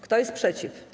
Kto jest przeciw?